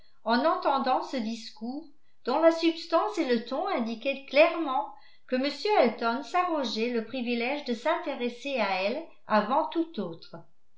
en entendant ce discours dont la substance et le ton indiquaient clairement que m elton s'arrogeait le privilège de s'intéresser à elle avant tout autre